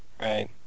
right